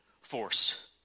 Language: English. force